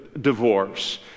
divorce